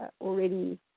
already